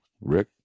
Rick